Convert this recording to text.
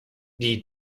die